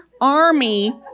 army